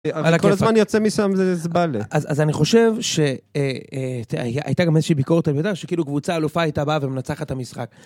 אבל כל הזמן יוצא משם זה זבלה. אז אני חושב שהייתה גם איזושהי ביקורת, אני יודע שכאילו קבוצה אלופה הייתה באה ומנצחת את המשחק.